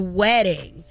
wedding